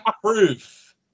proof